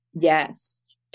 Yes